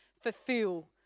fulfill